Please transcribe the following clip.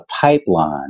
pipeline